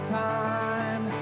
time